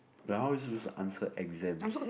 but how are we supposed to answer exams